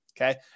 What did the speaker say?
okay